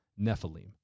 Nephilim